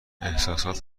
احساسات